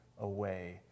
away